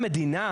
אלא: "תגידו,